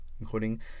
including